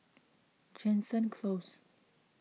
Jansen Close